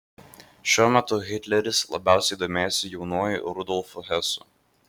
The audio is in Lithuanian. šiuo metu hitleris labiausiai domėjosi jaunuoju rudolfu hesu